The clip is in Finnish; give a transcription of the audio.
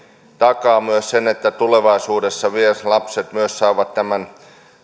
takaa myös sen että tulevaisuudessa lapset myös saavat tämän